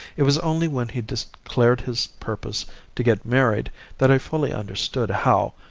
it was only when he declared his purpose to get married that i fully understood how,